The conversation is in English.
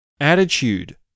attitude